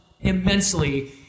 immensely